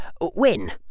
win